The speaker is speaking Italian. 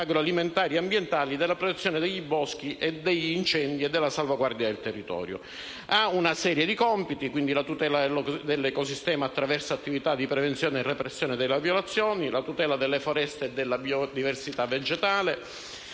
agroalimentari e ambientali, della protezione dei boschi dagli incendi e della salvaguardia del territorio. Esso ha una serie di compiti: la tutela dell'ecosistema attraverso attività di prevenzione e repressione delle violazioni, la tutela delle foreste e della biodiversità vegetale,